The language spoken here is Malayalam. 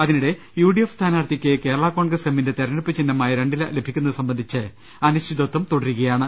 അതിനിടെ യു ഡി എഫ് സ്ഥാനാർത്ഥിക്ക് കേരള കോൺഗ്രസ് എമ്മിന്റെ തെരഞ്ഞെടുപ്പ് ചിഹ്നമായ രണ്ടില ലഭിക്കുന്നത് സംബന്ധിച്ച് അനിശ്ചി തത്വം തുടരുകയാണ്